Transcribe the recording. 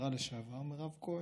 והשרה לשעבר מירב כהן,